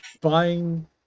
buying